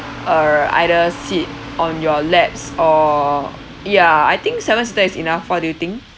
uh either sit on your laps or ya I think seven seater is enough what do you think